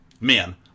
Man